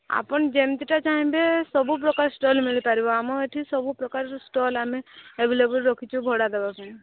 ଆପଣ ଯେମିତିଟା ଚାହିଁବେ ସବୁ ପ୍ରକାର ଷ୍ଟଲ୍ ମିଳିପାରିବ ଆମର ଏଠି ସବୁ ପ୍ରକାରର ଷ୍ଟଲ୍ ଏଠି ଆମେ ଆଭଲେବଲ୍ ରଖିଛୁ ଭଡ଼ା ଦେବାପାଇଁ